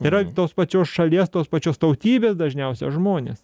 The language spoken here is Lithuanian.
yra tos pačios šalies tos pačios tautybės dažniausia žmonės